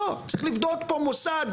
צריך לבנות פה מוסד,